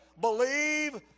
believe